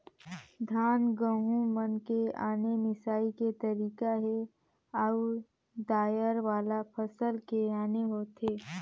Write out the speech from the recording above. धान, गहूँ मन के आने मिंसई के तरीका हे अउ दायर वाला फसल के आने होथे